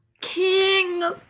king